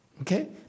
okay